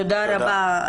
תודה רבה.